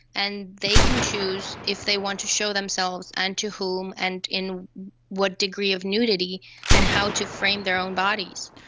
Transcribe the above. and they can choose if they want to show themselves and to whom and in what degree of nudity and how to frame their own bodies.